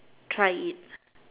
try it